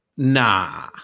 Nah